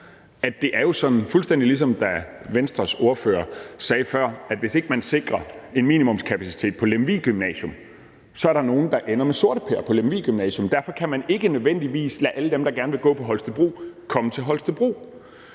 ligesom Venstres ordfører før sagde, at hvis ikke man sikrer en minimumskapacitet på Lemvig Gymnasium, er der nogen, der ender med sorteper på Lemvig Gymnasium. Derfor kan man ikke nødvendigvis lade alle dem, der gerne vil gå på Holstebro Gymnasium, komme til Holstebro.